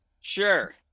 Sure